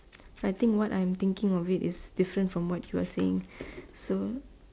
I think what I'm thinking of it is different from what you're saying so